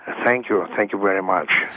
ah thank you. ah thank you very much.